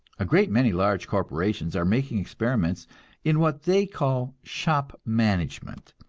a great many large corporations are making experiments in what they call shop management,